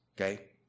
okay